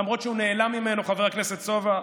למרות שהוא נעלם ממנו, חבר הכנסת סובה,